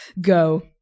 Go